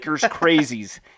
Crazies